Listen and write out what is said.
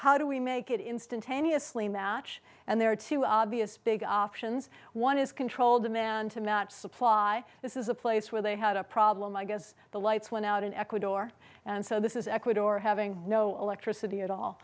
how do we make it instantaneously match and there are two obvious big options one is control demand to match supply this is a place where they had a problem i guess the lights went out in ecuador and so this is ecuador having no electricity at all